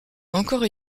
encore